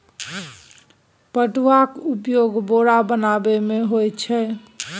पटुआक उपयोग बोरा बनेबामे होए छै